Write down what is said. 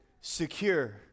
secure